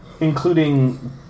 including